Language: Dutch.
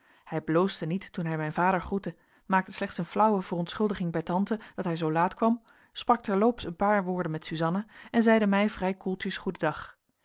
hij bloosde niet toen hij mijn vader groette maakte slechts een flauwe verontschuldiging bij tante dat hij zoo laat kwam sprak terloops een paar woorden met suzanna en zeide mij vrij koeltjes goeden dag